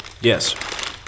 Yes